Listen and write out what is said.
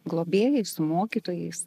globėjais su mokytojais